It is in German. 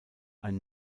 ein